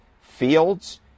fields